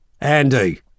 Andy